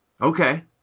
Okay